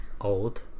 Old